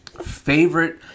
favorite